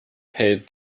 hält